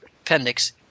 appendix